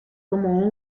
como